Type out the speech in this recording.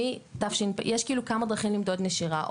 יש כמה דרכים למדוד נשירה,